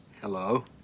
Hello